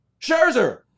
Scherzer